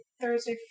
Thursday